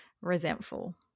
resentful